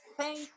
Thank